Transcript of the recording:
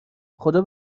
خدا